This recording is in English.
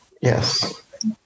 Yes